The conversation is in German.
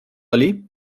lolli